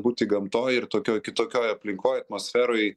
būti gamtoj ir tokioj kitokioj aplinkoj atmosferoj